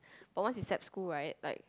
but once it's sap school right like